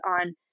on